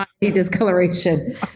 Discoloration